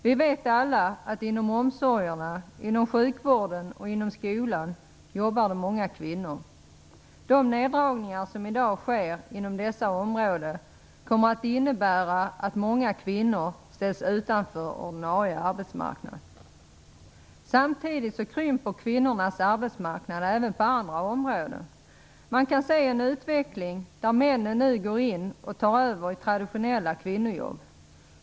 Vi vet alla att det inom omsorgerna, inom sjukvården och inom skolan jobbar många kvinnor. De neddragningar som i dag sker inom dessa områden kommer att innebära att många kvinnor ställs utanför ordinarie arbetsmarknad. Samtidigt krymper kvinnornas arbetsmarknad även på andra områden. Man kan nu se en utveckling där männen går in i och tar över traditionella kvinnojobb.